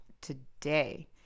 today